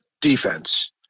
defense